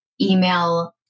email